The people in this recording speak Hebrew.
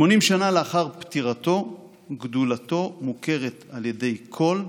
80 שנה לאחר פטירתו גדולתו מוכרת על ידי כול,